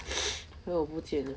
做么不见 liao